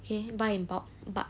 okay buy in bulk but